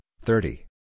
thirty